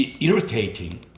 irritating